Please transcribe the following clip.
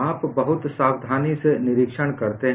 आप बहुत सावधानी से निरीक्षण करते हैं